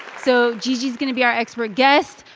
so gigi's going to be our expert guest.